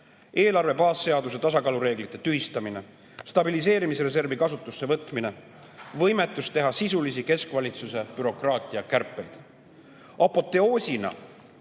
Eelarve baasseaduse tasakaalureeglite tühistamine, stabiliseerimisreservi kasutusse võtmine, võimetus teha sisulisi keskvalitsuse bürokraatia kärpeid. Apoteoosina